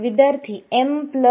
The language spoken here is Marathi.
विद्यार्थी m प्लस